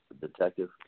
detective